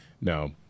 no